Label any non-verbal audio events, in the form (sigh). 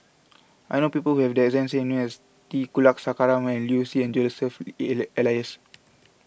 I know people who have the exact name as T Kulasekaram Liu Si and Joseph (unintelligible) Elias